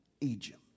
Egypt